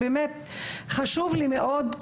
באמת חשוב לי מאוד,